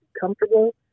comfortable